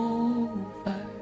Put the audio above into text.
over